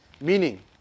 Meaning